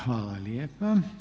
Hvala lijepa.